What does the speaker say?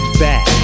back